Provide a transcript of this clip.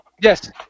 Yes